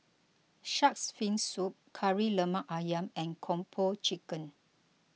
Shark's Fin Soup Kari Lemak Ayam and Kung Po Chicken